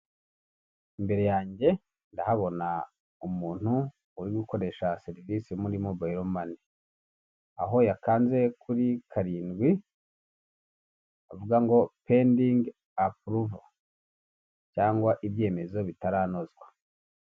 Imbere yanjye ndahabona umuntu uri gukoresha serivisi muri mobile money aho yakanze kuri karindwi avuga ngo pending aprovo cyangwa ibyemezo bitaranozwa .